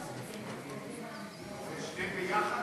על שתיהן יחד?